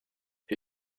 who